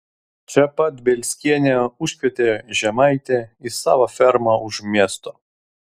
čia pat bielskienė užkvietė žemaitę į savo fermą už miesto